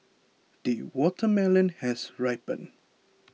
the watermelon has ripened